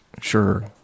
Sure